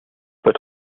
but